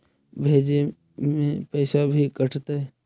भेजे में पैसा भी कटतै?